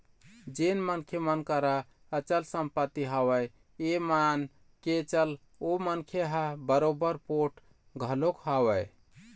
जेन मनखे मन करा अचल संपत्ति हवय ये मान के चल ओ मनखे ह बरोबर पोठ घलोक हवय